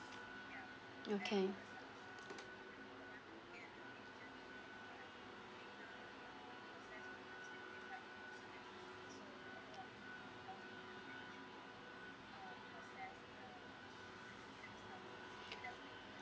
okay